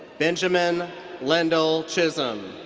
benjamin lendyl chisholm.